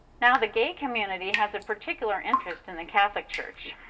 now, the gay community has a particular interest in the catholic church.